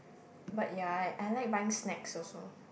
but ya I I like buying snacks also